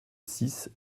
six